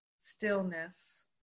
stillness